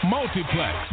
Multiplex